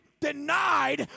denied